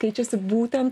keičiasi būtent